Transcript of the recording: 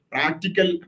Practical